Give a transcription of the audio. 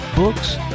books